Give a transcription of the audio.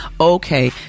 okay